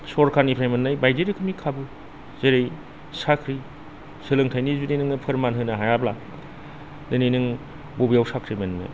सरखारनिफ्राय मोननाय बायदि रोखोमनि खाबु जेरै साख्रि सोलोंथाइनि जुदि नोङो फोरमान होनो हायाब्ला दिनै नों बबेयाव साख्रि मोन्नो